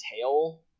tail